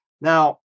Now